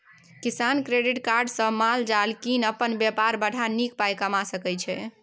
किसान credit card सँ माल जाल कीनि अपन बेपार बढ़ा नीक पाइ कमा सकै छै